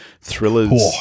thrillers-